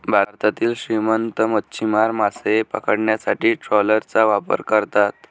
भारतातील श्रीमंत मच्छीमार मासे पकडण्यासाठी ट्रॉलरचा वापर करतात